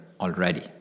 already